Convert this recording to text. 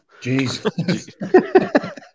Jeez